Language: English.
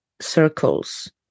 circles